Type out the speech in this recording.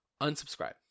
unsubscribe